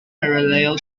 parallel